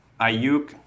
Ayuk